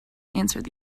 answered